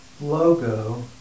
logo